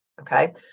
okay